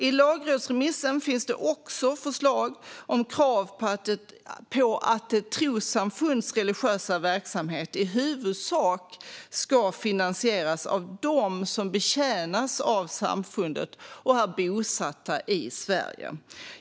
I lagrådsremissen finns det också förslag om krav på att ett trossamfunds religiösa verksamhet i huvudsak ska finansieras av dem som betjänas av samfundet och är bosatta i Sverige.